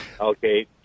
Okay